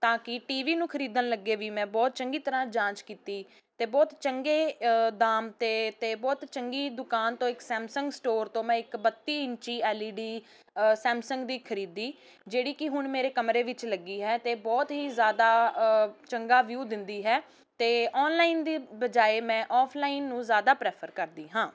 ਤਾਂ ਕਿ ਟੀਵੀ ਨੂੰ ਖਰੀਦਣ ਲੱਗੇ ਵੀ ਮੈਂ ਬਹੁਤ ਚੰਗੀ ਤਰ੍ਹਾਂ ਜਾਂਚ ਕੀਤੀ ਅਤੇ ਬਹੁਤ ਚੰਗੇ ਦਾਮ 'ਤੇ ਅਤੇ ਬਹੁਤ ਚੰਗੀ ਦੁਕਾਨ ਤੋਂ ਇੱਕ ਸੈਮਸੰਗ ਸਟੋਰ ਤੋਂ ਮੈਂ ਇੱਕ ਬੱਤੀ ਇੰਚੀ ਐਲਈਡੀ ਸੈਮਸੰਗ ਦੀ ਖਰੀਦੀ ਜਿਹੜੀ ਕਿ ਹੁਣ ਮੇਰੇ ਕਮਰੇ ਵਿੱਚ ਲੱਗੀ ਹੈ ਅਤੇ ਬਹੁਤ ਹੀ ਜ਼ਿਆਦਾ ਚੰਗਾ ਵਿਊ ਦਿੰਦੀ ਹੈ ਅਤੇ ਆਨਲਾਈਨ ਦੀ ਬਜਾਏ ਮੈਂ ਆਫਲਾਈਨ ਨੂੰ ਜ਼ਿਆਦਾ ਪ੍ਰੈਫਰ ਕਰਦੀ ਹਾਂ